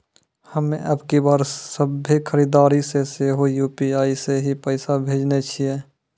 हम्मे अबकी बार सभ्भे खरीदारी मे सेहो यू.पी.आई से ही पैसा भेजने छियै